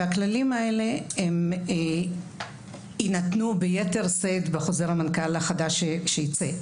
והכללים האלה הם יינתנו ביתר שאת בחוזר המנכ"ל החדש שייצא.